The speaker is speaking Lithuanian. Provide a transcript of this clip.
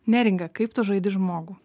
neringa kaip tu žaidi žmogų